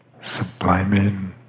subliming